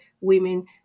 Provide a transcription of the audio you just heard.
women